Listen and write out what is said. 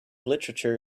literature